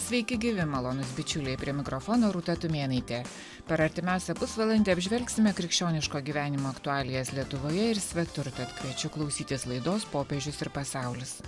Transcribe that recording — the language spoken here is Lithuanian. sveiki gyvi malonūs bičiuliai prie mikrofono rūta tumėnaitė per artimiausią pusvalandį apžvelgsime krikščioniško gyvenimo aktualijas lietuvoje ir svetur tad kviečiu klausytis laidos popiežius ir pasaulis